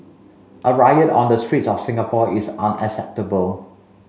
a riot on the streets of Singapore is unacceptable